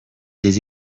des